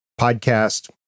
podcast